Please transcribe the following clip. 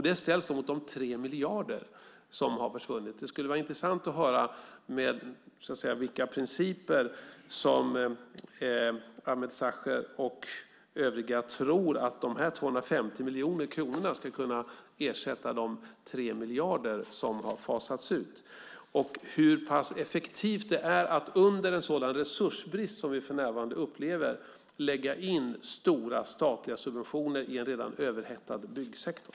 Detta ställs mot de 3 miljarder som har försvunnit. Det skulle vara intressant att höra enligt vilka principer som Ameer Sachet och övriga tror att de 250 miljoner kronorna ska kunna ersätta de 3 miljarder som fasats ut och hur pass effektivt det är att i en tid med en sådan resursbrist som vi för närvarande upplever lägga in stora statliga subventioner i en redan överhettad byggsektor.